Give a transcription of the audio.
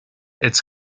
its